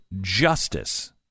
justice